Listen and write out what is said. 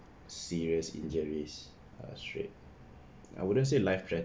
serious injuries uh threat~ I wouldn't say life threat